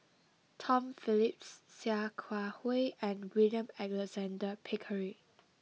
Tom Phillips Sia Kah Hui and William Alexander Pickering